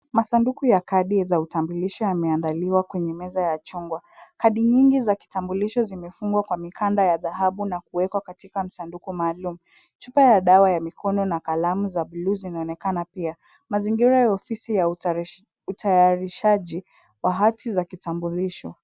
Masanduku ya kadi za utambulisho yameandaliwa kwenye meza ya chungwa. Kadi nyingi za kitambulisho zimefungwa kwa mikanda ya dhahabu na kuwekwa katika masanduku maalum. Chupa ya dawa ya mikono na kalamu za bluu zinaonekana pia. Mazingira ya ofisi ya utayarishaji wa hati za kitambulisho.